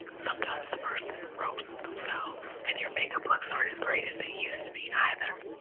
sometimes the person roasts themselves. and your makeup looks aren't as great as they used to be either.